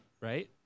right